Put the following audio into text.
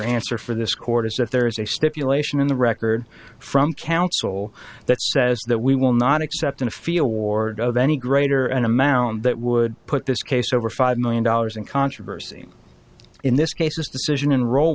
answer for this court is if there is a stipulation the record from council that says that we will not accept in a field ward of any greater an amount that would put this case over five million dollars in controversy in this case this decision in roll